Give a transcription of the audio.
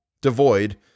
devoid